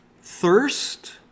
thirst